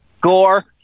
gore